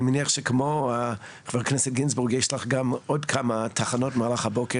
אני מניח שכמו ח"כ גינזבורג יש לך עוד כמה תחנות במהלך הבוקר.